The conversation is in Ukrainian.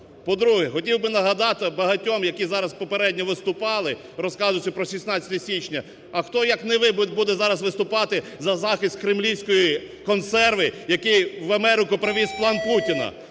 По-друге, хотів би нагадати багатьом, які зараз попередньо виступали, розказуючи про 16 січня, а хто, як не ви, будете зараз виступати за захист "кремлівської консерви", який в Америку привіз план Путіна?